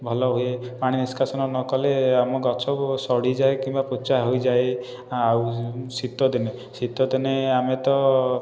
ଭଲ ହୁଏ ପାଣି ନିଷ୍କାସନ ନ କଲେ ଆମ ଗଛ ସଢ଼ି ଯାଏ କିମ୍ବା ପୋଚା ହୋଇଯାଏ ଆଉ ଶୀତ ଦିନେ ଶୀତ ଦିନେ ଆମେ ତ